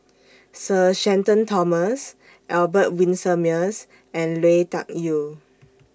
Sir Shenton Thomas Albert Winsemius and Lui Tuck Yew